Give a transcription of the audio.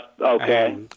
okay